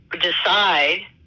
decide